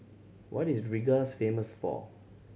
what is Rigas famous for